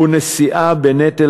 הוא נשיאה בנטל